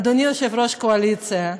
אדוני יושב-ראש הקואליציה,